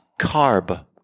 CARB